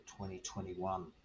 2021